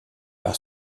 par